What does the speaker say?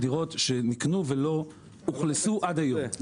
דירות שנקנו ולא אוכלסו עד היום.